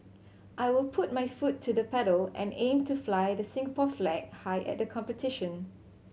I will put my foot to the pedal and aim to fly the Singapore flag high at the competition